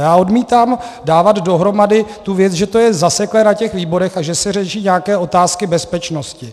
Já odmítám dávat dohromady tu věc, že to je zaseklé na těch výborech a že se řeší nějaké otázky bezpečnosti.